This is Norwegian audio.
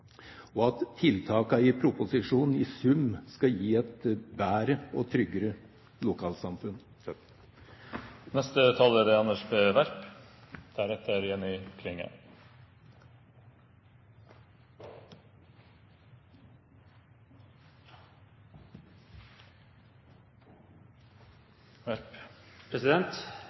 og at tiltakene i proposisjonen i sum skal gi et bedre og tryggere lokalsamfunn.